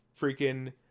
freaking